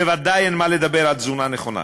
בוודאי אין מה לדבר על תזונה נכונה.